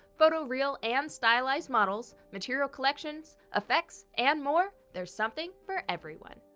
photoreal and stylized models, material collections, effects, and more, there's something for everyone.